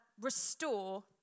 restore